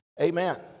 amen